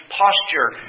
posture